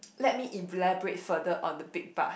let me elaborate further on the big buzz